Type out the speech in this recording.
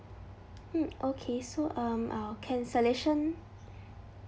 mm okay so um our cancellation